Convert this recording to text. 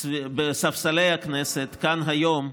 בספסלי הכנסת, כאן היום,